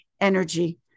energy